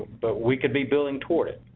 but we could be building toward it.